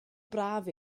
braf